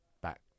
back